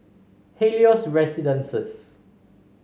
Helios Residences